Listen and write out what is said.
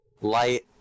Light